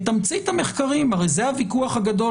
את תמצית המחקרית הרי זה הוויכוח הגדול,